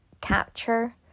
capture